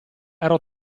ero